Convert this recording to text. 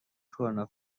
کرونا